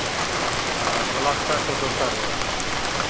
ᱟᱨ plaster ᱠᱚ ᱫᱚᱨᱠᱟᱨᱚᱜᱼᱟ